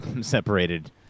separated